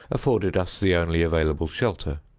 afforded us the only available shelter.